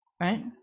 Right